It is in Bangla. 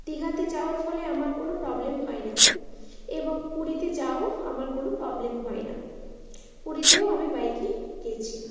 দীঘাতে যাওয়ার ফলে আমার কোনো প্রবলেম হয় না এবং পুরীতে যাও আমার কোনো প্রবলেম হয় না পুরীতেও আমি বাইকে গেছি